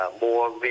more